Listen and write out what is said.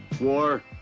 War